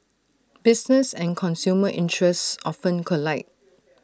business and consumer interests often collide